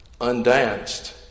undanced